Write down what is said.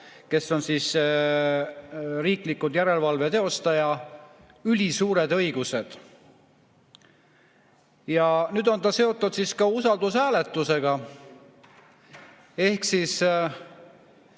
kes on riikliku järelevalve teostaja, ülisuured õigused. Nüüd on ta seotud ka usaldushääletusega. Ehk see